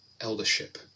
eldership